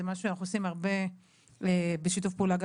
זה מה שאנחנו עושים הרבה ובשיתוף פעולה גם